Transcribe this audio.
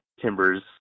Timbers